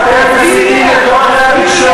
איזה איום?